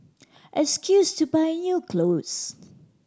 excuse to buy new cloth